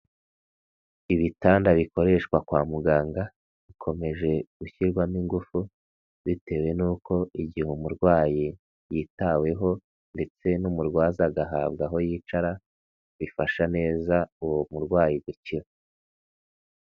Ibitanda bikoreshwa kwa muganga, bikomeje gushyirwamo ingufu, bitewe n'uko igihe umurwayi yitaweho ndetse n'umurwaza agahabwa aho yicara, bifasha neza uwo murwayi gukira.